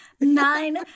nine